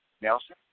Nelson